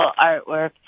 artwork